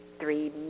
three